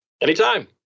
Anytime